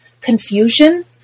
Confusion